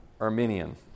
Armenian